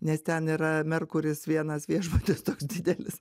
nes ten yra merkuris vienas viešbutis toks didelis